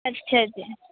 ਅੱਛਾ ਜੀ